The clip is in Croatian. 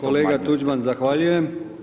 Kolega Tuđman, zahvaljujem.